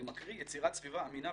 אני מקריא: "יצירת סביבה אמינה,